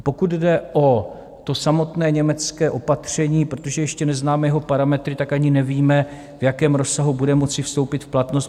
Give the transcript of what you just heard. Pokud jde o to samotné německé opatření, protože ještě neznáme jeho parametry, ani nevíme, v jakém rozsahu bude moci vstoupit v platnost.